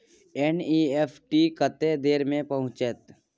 NEFT कत्ते देर में पहुंचतै?